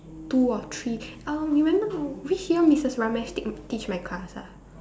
two or three uh you remember which year Missus Ramesh take teach my class ah